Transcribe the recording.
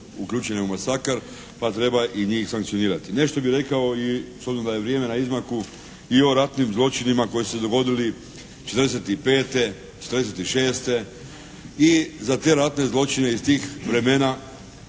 uključene u masakar pa treba i njih sankcionirati. Nešto bih rekao i s obzirom da je vrijeme na izmaku, i o ratnim zločinima koji su se dogodili '45., '46. i za te ratne zločine iz tih vremena